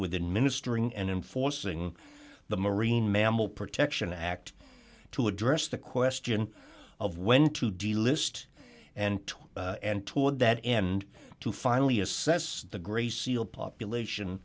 within minutes during and in forcing the marine mammal protection act to address the question of when to delist and twelve and toward that end to finally assess the grey seal population